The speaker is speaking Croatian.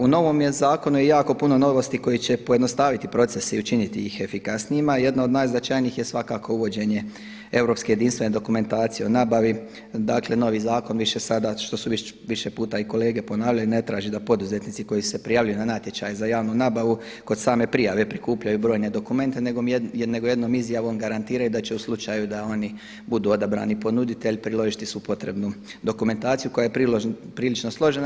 U novom je zakonu jako puno novosti koji će pojednostaviti proces i učiniti ih efikasnijima a jedna od najznačajnijih je svakako uvođenje europske jedinstvene dokumentacije o nabavi, dakle novi zakon više sada, što su više puta i kolege ponavljali ne traži da poduzetnici koji su se prijavili na natječaje za javnu nabavu kod same prijave prikupljaju brojne dokumente nego jednom izjavom garantiraju da će u slučaju da oni budu odabrani ponuditelji priložiti svu potrebnu dokumentaciju koja je prilično složena.